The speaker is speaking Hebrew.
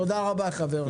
תודה רבה חברים.